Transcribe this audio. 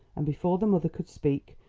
and before the mother could speak,